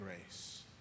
grace